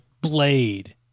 Blade